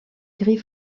gris